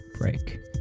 break